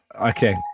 Okay